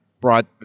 brought